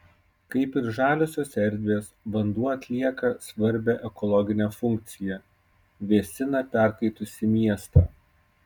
kaip ir žaliosios erdvės vanduo atlieka svarbią ekologinę funkciją vėsina perkaitusį miestą